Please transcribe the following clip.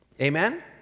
Amen